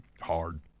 Hard